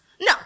No